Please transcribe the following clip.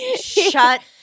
Shut